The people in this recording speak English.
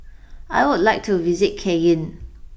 I would like to visit Cayenne